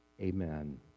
Amen